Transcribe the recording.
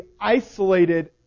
isolated